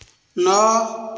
ନଅ